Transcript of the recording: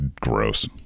gross